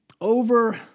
over